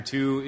Two